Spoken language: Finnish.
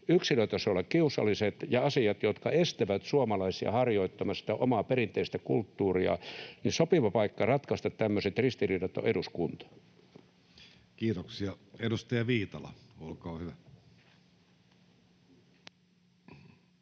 yksilötasolla kiusalliset asiat ja asiat, jotka estävät suomalaisia harjoittamasta omaa perinteistä kulttuuriaan, ovat sellaisia, että sopiva paikka ratkaista tämmöiset ristiriidat on eduskunta. [Speech 33] Speaker: